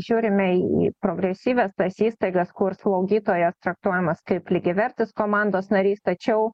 žiūrime į progresyvias tas įstaigas kur slaugytojas traktuojamas kaip lygiavertis komandos narys tačiau